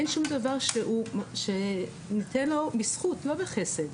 אין שום דבר שניתן לו בזכות, לא בחסד.